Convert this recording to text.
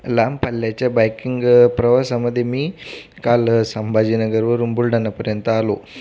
लांब पल्ल्याच्या बाईकिंग प्रवासामध्ये मी काल संभाजीनगरवरून बुलढाणापर्यंत आलो